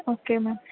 okay ma'am